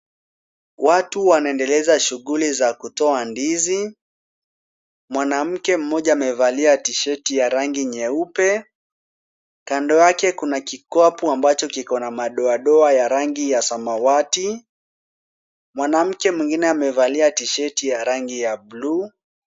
Watu wanaendeleza shughuli za kutoa ndizi. Mwanamke mmoja amevalia tshirt ya rangi nyeupe. Kando yake kuna kikapu ambacho kiko na madoadoa ya rangi ya samawati. Mwanamke mwingine amevalia tshirt ya rangi ya blue .